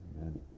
Amen